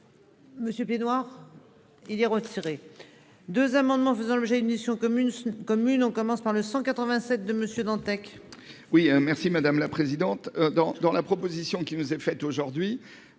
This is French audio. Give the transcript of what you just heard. Monsieur Piednoir. Il est retiré. 2 amendements faisant l'objet une mission commune, commune, on commence par le 187 de Monsieur Dantec.